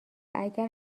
اگر